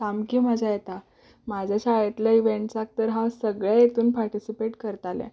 सामकी मजा येता म्हज्या शाळेंतल्या इवेंट्सांत तर हांव सगल्या हांतूनी पार्टिसिपेट करतालें